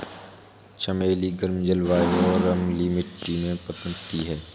चमेली गर्म जलवायु और अम्लीय मिट्टी में पनपती है